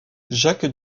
jacques